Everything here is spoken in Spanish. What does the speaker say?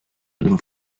nos